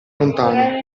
lontano